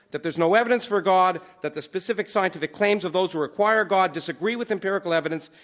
that there's no evidence for god, that the specific sides of the claims of those who require god disagree with empirical evidence,